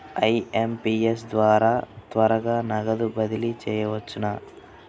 IMPS ద్వారా త్వరగా నగదు బదిలీ చేయవచ్చునా?